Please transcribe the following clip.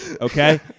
Okay